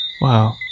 Wow